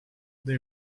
they